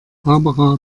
barbara